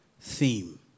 theme